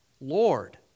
Lord